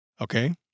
Okay